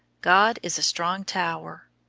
god is a strong tower,